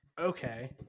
Okay